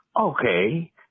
Okay